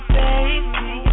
baby